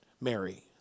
Mary